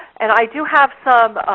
and i do have some